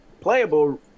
playable